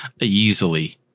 easily